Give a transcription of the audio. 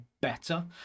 better